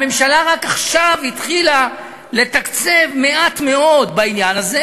הממשלה רק עכשיו התחילה לתקצב מעט מאוד בעניין הזה,